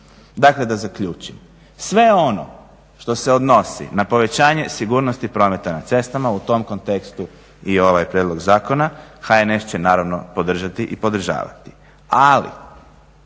Dakle da zaključim, sve ono što se odnosi na povećanje sigurnosti prometa na cestama, u tom kontekstu i ovaj prijedlog zakona, HNS će naravno podržati i podržavati.